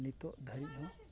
ᱱᱤᱛᱚᱜ ᱫᱷᱟᱹᱦᱤᱡ ᱦᱚᱸ